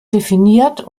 definiert